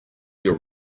your